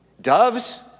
Doves